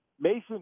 Mason